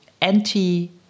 anti